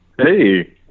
Hey